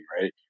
right